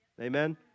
Amen